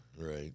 Right